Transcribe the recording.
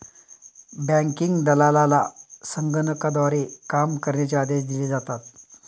banking दलालाला संगणकाद्वारे काम करण्याचे आदेश दिले जातात